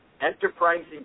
enterprising